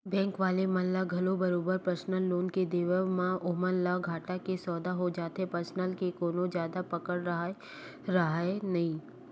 bank वाले मन ल घलो बरोबर परसनल लोन के देवब म ओमन ल घाटा के सौदा हो जाथे परसनल के कोनो जादा पकड़ राहय नइ